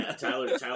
Tyler